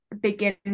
begin